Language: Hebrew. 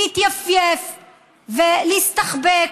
להתייפייף ולהסתחבק.